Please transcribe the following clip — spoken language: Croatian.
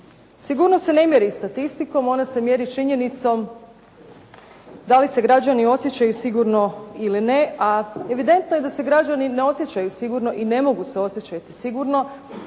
Sigurnost se ne mjeri statistikom. Ona se mjeri činjenicom da li se građani osjećaju sigurno ili ne, a evidentno je da se građani ne osjećaju sigurno i ne mogu se osjećati sigurno